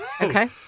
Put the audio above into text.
Okay